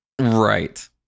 Right